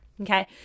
Okay